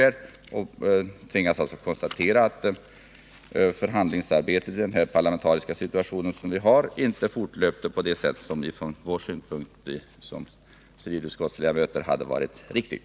Jag tvingas alltså konstatera att förhandlingsarbetet i nuvarande parlamentariska situation inte fortlöpte på det sätt som vi från vår synpunkt ansåg vara riktigt.